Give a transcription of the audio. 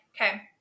okay